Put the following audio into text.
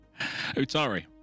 Utari